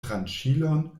tranĉilon